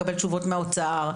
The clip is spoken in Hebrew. לקבל תשובות מהאוצר,